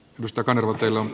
arvoisa puhemies